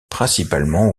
principalement